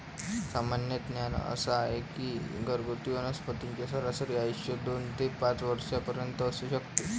सामान्य ज्ञान असा आहे की घरगुती वनस्पतींचे सरासरी आयुष्य दोन ते पाच वर्षांपर्यंत असू शकते